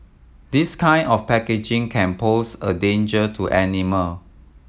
this kind of packaging can pose a danger to animal